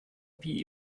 wie